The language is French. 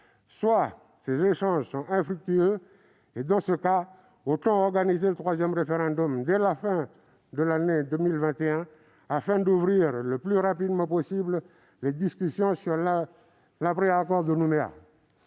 soit nos échanges sont infructueux et, dans ce cas, autant organiser le troisième référendum dès la fin de l'année 2021, afin d'ouvrir le plus rapidement possible les discussions sur l'après-accord de Nouméa.